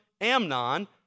Amnon